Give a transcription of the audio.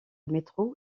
métro